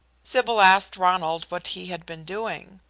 sybil asked ronald what he had been doing.